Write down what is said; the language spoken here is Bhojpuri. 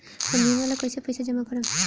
हम बीमा ला कईसे पईसा जमा करम?